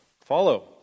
Follow